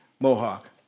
mohawk